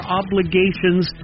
obligations